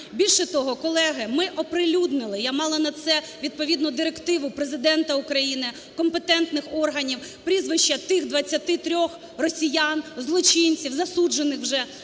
Більше того, колеги, ми оприлюднили (я мала на це відповідну директиву Президента України, компетентних органів) прізвища тих 23 росіян, злочинців, засуджених вже